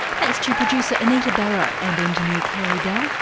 thanks to producer anita barraud and engineer carey dell,